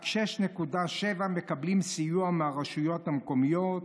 רק 6.7% מקבלים סיוע מהרשויות המקומיות,